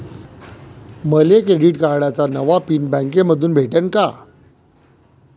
मले क्रेडिट कार्डाचा नवा पिन बँकेमंधून भेटन का?